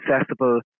accessible